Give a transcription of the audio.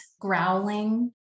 growling